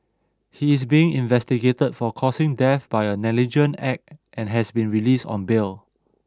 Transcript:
he is being investigated for causing death by a negligent act and has been released on bail